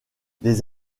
les